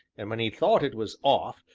and when he thought it was off,